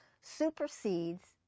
supersedes